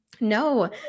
No